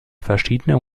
verschiedene